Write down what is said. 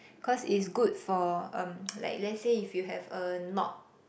cause it's good for um like let's say if you have a knot